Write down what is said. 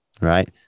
right